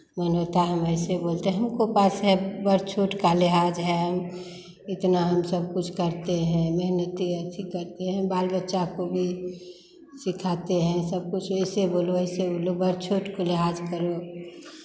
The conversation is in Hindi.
मन होता है हम ऐसे बोलते हैं हमको पास है बड़ छोट का लिहाज़ है इतना हम सब कुछ करते हैं मेहनती अच्छी करते हैं बाल बच्चा को भी सिखाते हैं सब कुछ एसे बोलो ऐसे बोलो बड़ छोट काे लिहाज़ करो